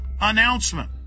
announcement